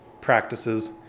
practices